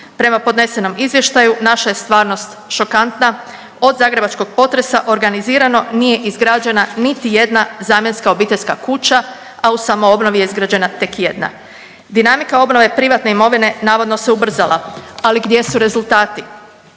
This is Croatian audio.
Prema podnesenom izvještaju naša je stvarnost šokantna, od zagrebačkog potresa organizirano nije izgrađena niti jedna zamjenska obiteljska kuća, a u samoobnovi je izgrađena tek jedna. Dinamika obnove privatne imovine navodno se ubrzala ali gdje su rezultati.